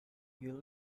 you